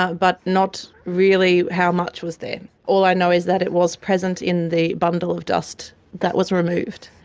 ah but not really how much was there. all i know is that it was present in the bundle of dust that was removed.